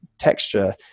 Texture